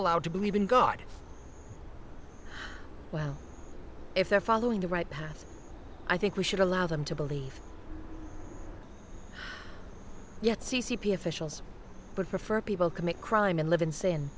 allowed to believe in god well if they're following the right path i think we should allow them to believe yet c c p officials but prefer people commit crime and live in s